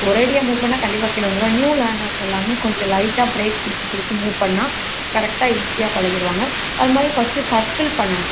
ஒரேடியாக மூவ் பண்ணிணா கண்டிப்பாக கீழே விழுந்துருவோம் நியூ லேனர்ஸ் எல்லாமே கொஞ்சம் லைட்டாக ப்ரேக் பிடிச்சு பிடிச்சு மூவ் பண்ணிணா கரெக்டாக ஈஸியாக பகிழடுவாங்க அது மாதிரி ஃபஸ்ட்டு சர்க்கிள் பண்ணணும்